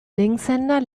linkshänder